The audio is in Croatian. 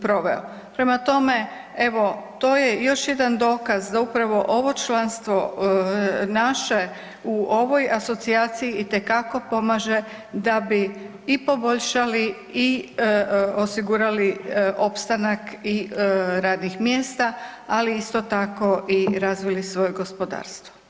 Prema tome, evo, to je još jedan dokaz da upravo ovo članstvo, naše, u ovoj asocijaciji itekako pomaže da bi i poboljšali i osigurali opstanak i radnih mjesta, ali isto tako i razvili svoje gospodarstvo.